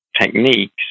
techniques